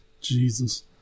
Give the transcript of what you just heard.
Jesus